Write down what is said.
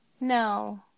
no